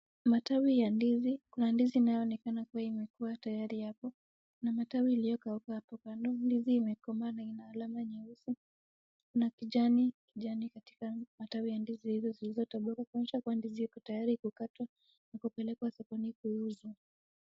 Matawi ya ndizi, kuna ndizi inayoonekana kuwa imekuwa tayari hapo na matawi iliyokauka hapo kando. Ndizi imekomaa na ina alama nyeusi. Kuna kijani kijani katika matawi ya ndizi hizo zilizotoboka kuonyesha kuwa ndizi iko tayari kukatwa na kupelekwa sokoni kuuzwa.